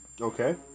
okay